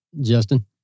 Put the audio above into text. Justin